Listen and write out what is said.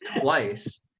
twice